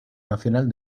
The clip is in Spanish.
nacional